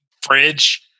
fridge